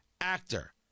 actor